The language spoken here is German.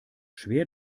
schwer